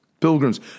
Pilgrims